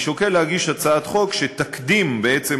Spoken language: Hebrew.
אני שוקל להגיש הצעת חוק שתקדים בעצם